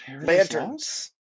lanterns